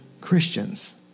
Christians